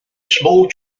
small